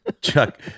Chuck